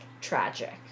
tragic